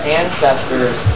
ancestors